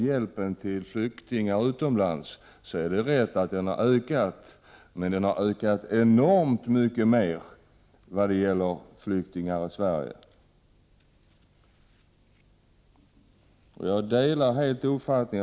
Hjälpen till flyktingar utomlands har helt riktigt ökat, men hjälpen till flyktingarna i Sverige har ökat enormt mycket mer.